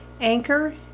Anchor